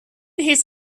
his